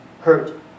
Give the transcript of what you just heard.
hurt